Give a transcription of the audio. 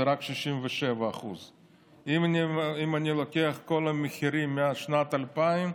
דיור זה רק 67%. אם אני לוקח את כל המחירים משנת 2000,